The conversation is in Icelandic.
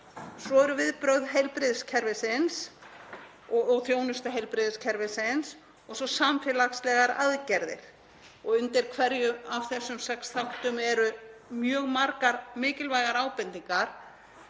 svo eru viðbrögð og þjónusta heilbrigðiskerfisins og síðan samfélagslegar aðgerðir. Undir hverjum af þessum sex þáttum eru mjög margar mikilvægar ábendingar